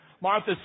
Martha